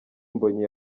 mbonyi